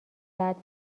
بعد